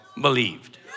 believed